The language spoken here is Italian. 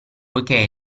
poichè